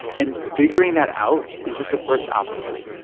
and figuring that out is just the first obstacle.